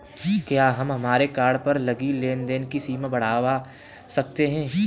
क्या हम हमारे कार्ड पर लगी लेन देन की सीमा बढ़ावा सकते हैं?